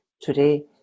today